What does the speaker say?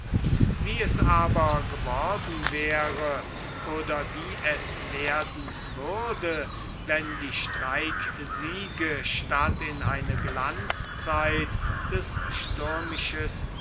wie es aber geworden wäre oder wie es werden würde wenn die streiksiege statt in eine glanzzeit des